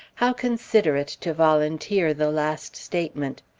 how considerate to volunteer the last statement!